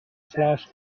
flash